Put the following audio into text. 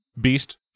beast